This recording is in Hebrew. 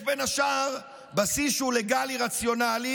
יש בין השאר בסיס שהוא לגלי-רציונלי,